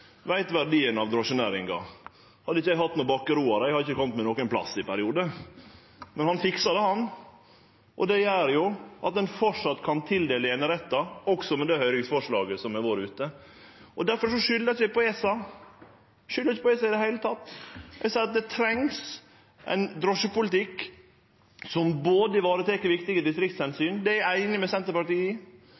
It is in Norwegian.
veit verdien av drosjenæringa. Hadde eg ikkje hatt han Bakke-Roar, hadde eg i periodar ikkje kome meg nokon plass, men han fiksar det, han. Og det gjer at ein framleis kan tildele einerettar også med det høyringsforslaget som har vore ute. Difor skuldar eg ikkje på ESA – eg skuldar ikkje på ESA i det heile. Eg seier at det trengst ein drosjepolitikk som varetek viktige distriktsomsyn, det er eg einig med Senterpartiet i.